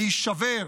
להישבר,